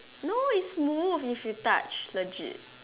no is move if you touch legit